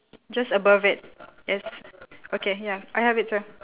just above it yes okay ya I have it too